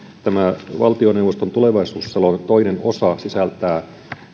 tämä valtioneuvoston tulevaisuusselonteon toinen osa sisältää